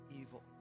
evil